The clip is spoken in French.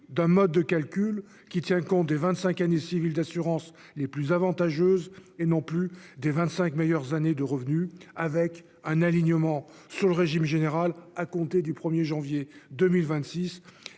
un mode de calcul qui tienne compte des vingt-cinq années civiles d'assurance les plus avantageuses et non plus des vingt-cinq meilleures années de revenu, avec un alignement sur le régime général à compter du 1 janvier 2026,